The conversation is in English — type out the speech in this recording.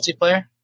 multiplayer